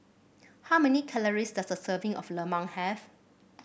how many calories does a serving of lemang have